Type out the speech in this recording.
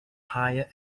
higher